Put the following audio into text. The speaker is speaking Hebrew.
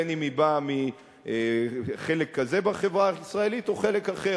בין שהיא באה מחלק כזה בחברה הישראלית או מחלק אחר.